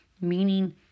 Meaning